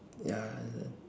ya